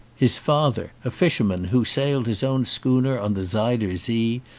his father, a fisherman who sailed his own schooner on the zuyder zee,